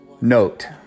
Note